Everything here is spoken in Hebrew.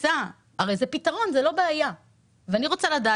הרי זה פתרון ולא בעיה ואני רוצה לדעת